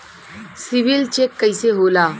CIBIL check कइसे होला?